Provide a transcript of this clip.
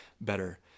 better